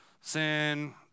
sin